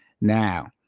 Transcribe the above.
now